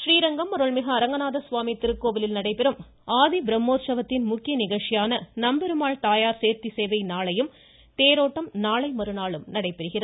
றீரங்கம் அருள்மிகு அரங்கநாதசுவாமி திருக்கோவிலில் நடைபெறும் ஆதிபிரம்மோற்சவத்தின் முக்கிய நிகழ்ச்சியான நம்பெருமாள் தாயார் சேர்த்தி சேவை நாளையும் தேரோட்டம் நாளை மறுநாளும் நடைபெறுகிறது